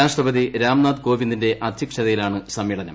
രാഷ്ട്രപതി രാംനാഥ് കോവിന്ദിന്റെ അധ്യക്ഷതയിലാണ് സമ്മേളനം